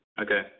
Okay